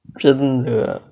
真的